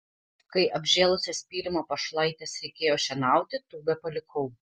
kai apžėlusias pylimo pašlaites reikėjo šienauti tūbę palikau